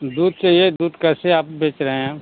दूध चाहिए दूध कैसे आप बेच रहे हैं